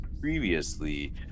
previously